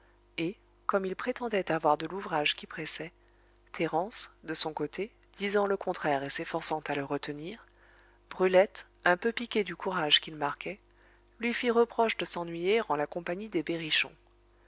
et comme il prétendait avoir de l'ouvrage qui pressait thérence de son côte disant le contraire et s'efforçant à le retenir brulette un peu piquée du courage qu'il marquait lui fit reproche de s'ennuyer en la compagnie des berrichons